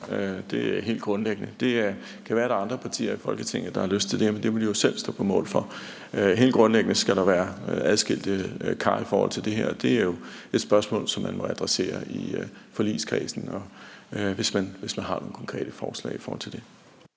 det er helt grundlæggende. Det kan være, der er andre partier i Folketinget, der har lyst til det, men det må de jo selv stå på mål for. Helt grundlæggende skal der være adskilte kar i forhold til det her, og det er jo et spørgsmål, som man må adressere i forligskredsen, hvis man har nogle konkrete forslag i forhold til det.